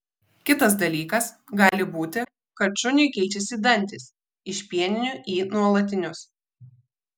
kitas dalykas gali būti kad šuniui keičiasi dantys iš pieninių į nuolatinius